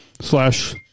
slash